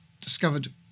discovered